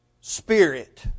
spirit